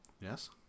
Yes